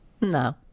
No